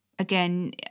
again